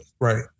Right